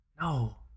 No